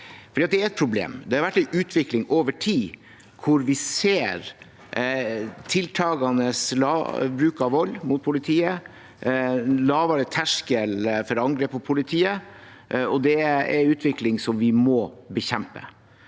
Dette er et problem. Det har vært en utvikling over tid hvor vi ser en tiltakende bruk av vold mot politiet og en lavere terskel for angrep på politiet, og det er en utvikling vi må bekjempe.